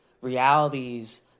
realities